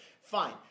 Fine